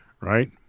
right